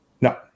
No